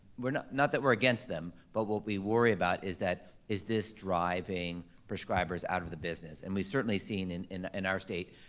not not that we're against them, but what we worry about is that, is this driving prescribers out of the business? and we've certainly seen and in and our state,